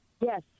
Yes